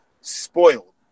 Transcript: spoiled